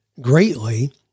greatly